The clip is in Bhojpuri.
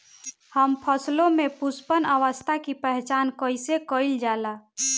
हम फसलों में पुष्पन अवस्था की पहचान कईसे कईल जाला?